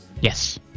Yes